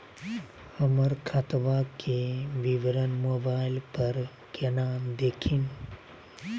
हमर खतवा के विवरण मोबाईल पर केना देखिन?